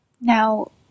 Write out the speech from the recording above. Now